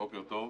בוקר טוב,